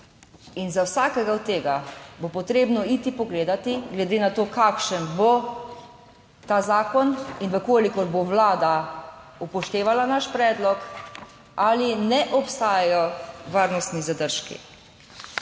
In za vsakega od tega bo potrebno iti pogledati, glede na to kakšen bo ta zakon in v kolikor bo Vlada upoštevala naš predlog, ali ne obstajajo varnostni zadržki,